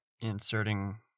inserting